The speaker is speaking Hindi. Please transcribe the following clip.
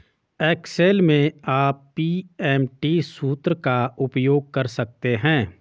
एक्सेल में आप पी.एम.टी सूत्र का उपयोग कर सकते हैं